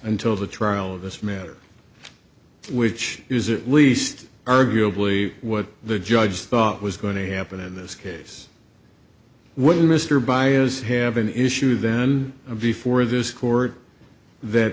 until the trial of this matter which is at least arguably what the judge thought was going to happen in this case when mr baez have an issue then before this court that